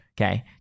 okay